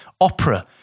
opera